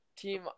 Team